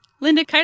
Linda